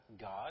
God